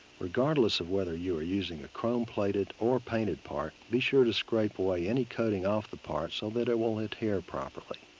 regardless of whether you are using a chrome plated or painted part, be sure to scrape away any coating off the part so that it will adhere properly.